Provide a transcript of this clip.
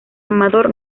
amador